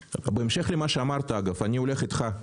בהמשך למה שאמרת, אדוני, אני הולך אתך.